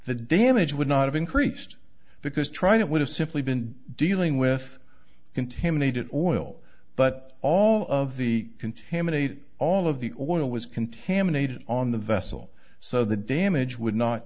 the damage would not have increased because trident would have simply been dealing with contaminated oil but all of the contaminate all of the oil was contaminated on the vessel so the damage would not